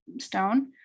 stone